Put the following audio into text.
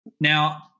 Now